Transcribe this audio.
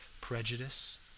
prejudice